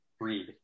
read